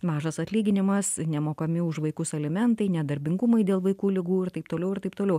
mažas atlyginimas nemokami už vaikus alimentai nedarbingumai dėl vaikų ligų ir taip toliau ir taip toliau